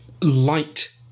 light